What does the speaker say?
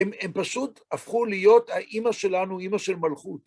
הם פשוט הפכו להיות האימא שלנו, אימא של מלכות.